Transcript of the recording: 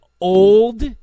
old